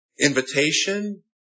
invitation